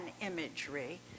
imagery